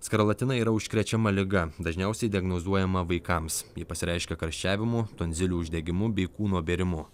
skarlatina yra užkrečiama liga dažniausiai diagnozuojama vaikams ji pasireiškia karščiavimu tonzilių uždegimu bei kūno bėrimu